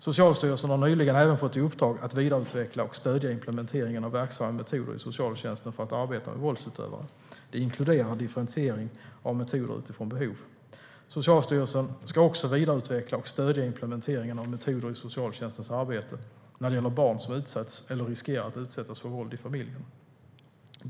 Socialstyrelsen har nyligen även fått i uppdrag att vidareutveckla och stödja implementeringen av verksamma metoder i socialtjänsten för att arbeta med våldsutövare. Det inkluderar differentiering av metoder utifrån behov. Socialstyrelsen ska också vidareutveckla och stödja implementeringen av metoder i socialtjänstens arbete när det gäller barn som utsätts eller riskerar att utsättas för våld i familjen.